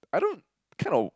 I don't kind of